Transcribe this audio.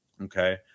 Okay